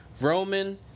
Roman